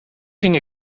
ging